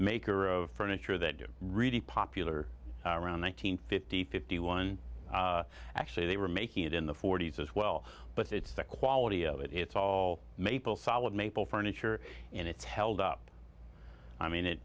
maker of furniture that do really popular around one nine hundred fifty fifty one actually they were making it in the forty's as well but it's the quality of it it's all maple solid maple furniture and it's held up i mean it